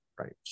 Right